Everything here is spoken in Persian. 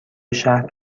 شهر